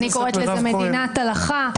אני קוראת לזה "מדינת הלכה".